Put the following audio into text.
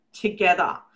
together